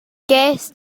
gest